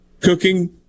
cooking